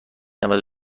نود